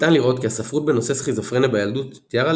ניתן לראות כי הספרות בנושא "סכיזופרניה בילדות" תיארה